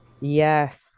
Yes